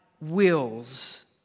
wills